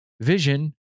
vision